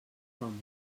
còmode